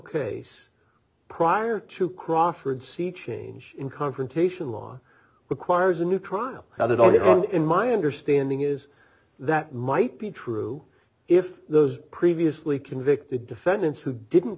case prior to crawford see change in confrontation law requires a new trial how did all get on in my understanding is that might be true if those previously convicted defendants who didn't